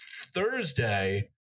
Thursday